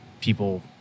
people